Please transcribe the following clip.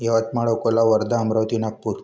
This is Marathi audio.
यवतमाळ अकोला वर्धा अमरावती नागपूर